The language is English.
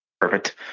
Perfect